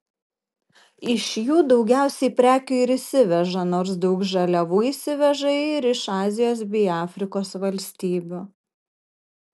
iš jų daugiausiai prekių ir įsiveža nors daug žaliavų įsiveža ir iš azijos bei afrikos valstybių